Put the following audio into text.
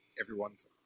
everyone's